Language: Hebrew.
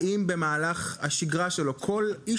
האם במהלך השגרה שלו כל איש